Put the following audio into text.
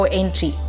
entry